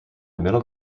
middle